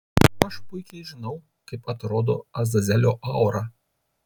aš puikiai žinau kaip atrodo azazelio aura